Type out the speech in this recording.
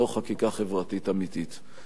זו חקיקה חברתית אמיתית.